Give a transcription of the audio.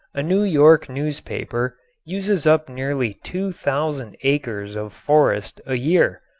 a new york newspaper uses up nearly two thousand acres of forest a year.